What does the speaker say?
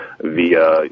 via